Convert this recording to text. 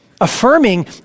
affirming